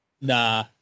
Nah